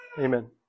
Amen